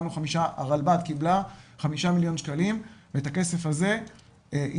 הרלב"ד קיבלה 5 מיליון שקלים ואת הכסף הזה היא